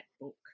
book